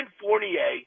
Fournier